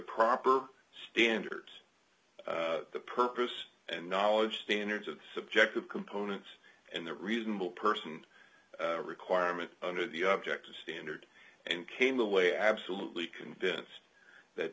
proper standards the purpose and knowledge standards of subjective components and the reasonable person requirement under the object standard and came away absolutely convinced that